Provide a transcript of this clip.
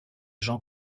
jean